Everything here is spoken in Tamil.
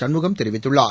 சண்முகம் தெரிவித்துள்ளார்